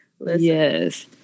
Yes